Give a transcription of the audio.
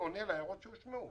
עונה להערות שהושמעו.